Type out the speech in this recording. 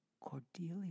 Cordelia